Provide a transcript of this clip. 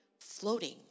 floating